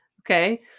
Okay